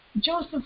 Joseph